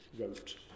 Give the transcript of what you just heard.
wrote